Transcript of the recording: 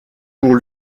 pour